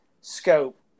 scope